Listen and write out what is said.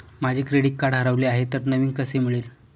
माझे credit card हरवले आहे तर नवीन कसे मिळेल?